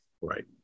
Right